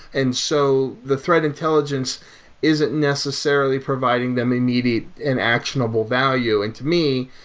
and so the threat intelligence isn't necessarily providing them immediate and actionable value. and to me,